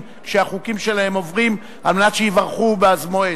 כשהחוקים שלהם עוברים על מנת שיברכו במועד.